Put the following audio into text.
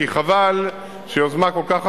כי חבל שיוזמה כל כך חשובה,